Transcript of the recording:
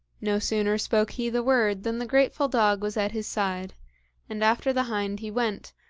no sooner spoke he the word than the grateful dog was at his side and after the hind he went,